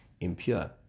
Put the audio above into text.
impure